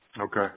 Okay